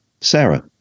Sarah